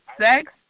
sex